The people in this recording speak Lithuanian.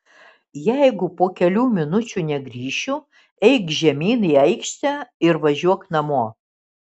jeigu po kelių minučių negrįšiu eik žemyn į aikštę ir važiuok namo